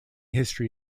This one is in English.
history